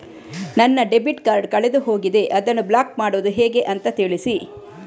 ನನ್ನ debit card ಕಳೆದು ಹೋಗಿದೆ, ಅದನ್ನು ಬ್ಲಾಕ್ ಮಾಡುವುದು ಹೇಗೆ ಅಂತ ತಿಳಿಸಿ?